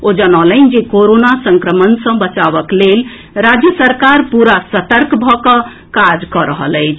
ओ जनौलनि जे कोरोना संक्रमण सँ बचावक लेल राज्य सरकार पूरा सतर्क भऽ कऽ काज कऽ रहल अछि